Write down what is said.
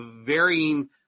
varying